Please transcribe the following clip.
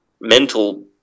mental